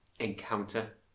Encounter